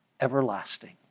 everlasting